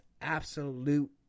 absolute